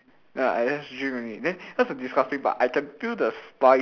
no I just drink only then cause is disgusting but I can feel the saliva